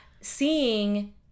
seeing